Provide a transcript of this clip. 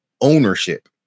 ownership